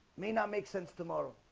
may not make sense tomorrow